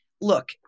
look